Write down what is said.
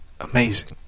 amazing